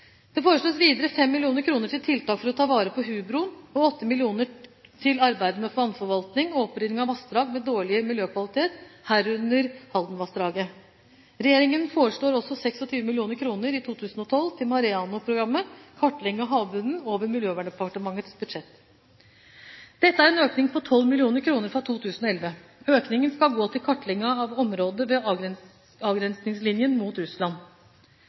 Det foreslås videre 5 mill. kr til tiltak for å ta vare på hubroen og 8 mill. kr til arbeidet med vannforvaltning og opprydding i vassdrag med dårlig miljøkvalitet, herunder Haldenvassdraget. Regjeringen foreslår også 26 mill. kr i 2012 til MAREANO-programmet, som kartlegger havbunnen, over Miljøverndepartementets budsjett. Dette er en økning på 12 mill. kr fra 2011. Økningen skal gå til kartlegging av området ved avgrensingslinjen mot Russland.